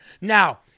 Now